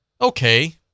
okay